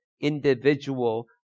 individual